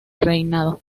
reinado